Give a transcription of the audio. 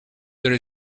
there